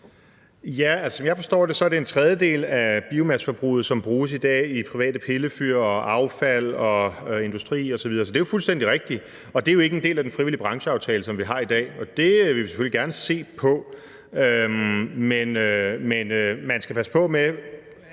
(DF): Som jeg forstår det, er det en tredjedel af biomasseforbruget, som bruges i dag i private pillefyr og affald og industri osv. Så det er fuldstændig rigtigt, og det er jo ikke en del af den frivillige brancheaftale, som vi har i dag, og det vil vi selvfølgelig gerne se på. Men man skal passe på med